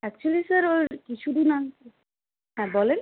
actually sir ওর কিছু দিন আগে হ্যাঁ বলেন